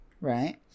right